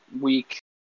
week